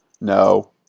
No